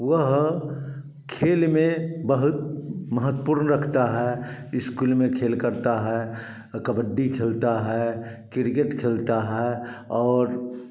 वह खेल में बहुत महत्वपूर्ण रखता है इस्कूल में खेल करता है कबड्डी खेलता है क्रिकेट खेलता है और